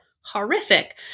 horrific